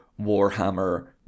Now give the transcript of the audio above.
Warhammer